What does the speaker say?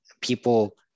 people